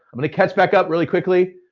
i'm gonna catch back up really quickly.